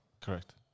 Correct